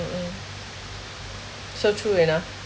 mm mm so true when nah